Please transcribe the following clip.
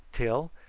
till,